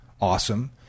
awesome